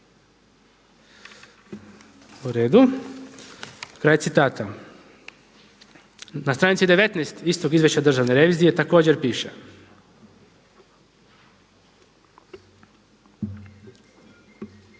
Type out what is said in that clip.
U redu, kraj citata. Na stranici 19. istog izvješća državne revizije također piše,